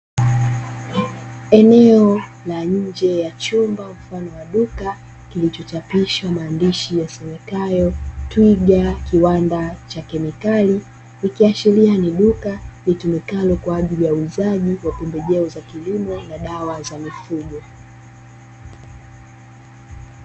Eneo la nje ya chumba mfano wa duka kililochapishwa maneno yasomekayo twiga kiwanda cha kemikali, ikiashiria ni duka linalotumika kwa ajili ya uuzaji wa pembejeo za kilimo na dawa za mifugo.